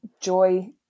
joy